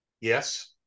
Yes